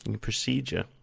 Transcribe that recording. Procedure